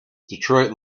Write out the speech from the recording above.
detroit